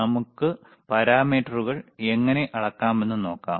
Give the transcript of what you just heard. നമുക്ക് പാരാമീറ്ററുകൾ എങ്ങനെ അളക്കാമെന്ന് നോക്കാം